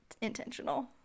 intentional